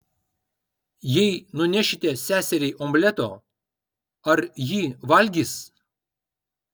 jei nunešite seseriai omleto ar ji valgys